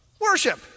worship